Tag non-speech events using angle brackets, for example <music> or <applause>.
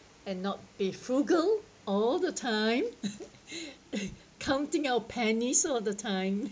and not be frugal all the time <laughs> counting our pennies all the time